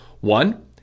One